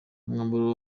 umwambaro